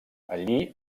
allí